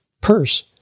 purse